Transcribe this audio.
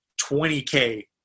20k